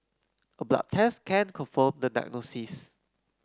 a blood test can confirm the diagnosis